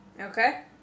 Okay